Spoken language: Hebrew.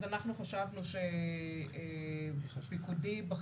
אז אנחנו חשבנו שפיקודי בכיר,